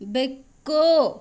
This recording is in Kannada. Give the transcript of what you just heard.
ಬೆಕ್ಕು